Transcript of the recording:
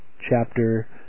chapter